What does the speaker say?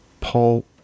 Paul